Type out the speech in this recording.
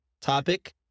topic